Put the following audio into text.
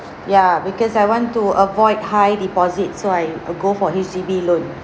ya because I want to avoid high deposit so I err go for H_D_B loan